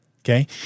okay